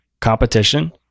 competition